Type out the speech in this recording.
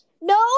No